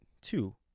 two